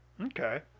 Okay